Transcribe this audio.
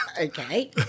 Okay